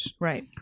Right